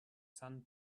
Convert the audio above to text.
sand